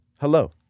Hello